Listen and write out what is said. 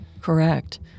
Correct